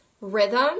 Rhythm